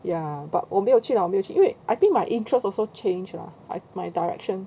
ya but 我没有去 lah 我没有去 I think my interest also change lah my direction